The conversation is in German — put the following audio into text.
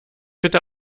bitte